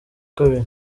kabiri